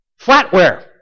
Flatware